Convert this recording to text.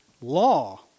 law